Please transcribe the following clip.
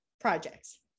projects